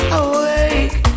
awake